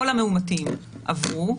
כל המאומתים עברו.